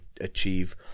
achieve